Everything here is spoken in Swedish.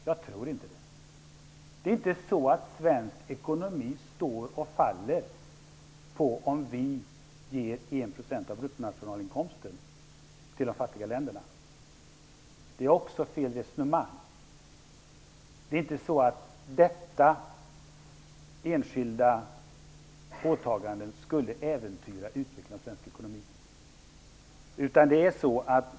Jag tror inte det. Det är inte så att svensk ekonomi står och faller på om vi ger 1 % av bruttonationalinkomsten till de fattiga länderna. Det är också fel resonemang. Det är inte så att detta enskilda åtagande skulle äventyra utvecklingen av svensk ekonomi.